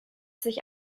sich